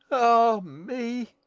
ah me!